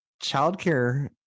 Childcare